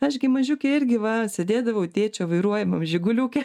aš gi mažiukė irgi va sėdėdavau tėčio vairuojamam žiguliuke